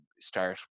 start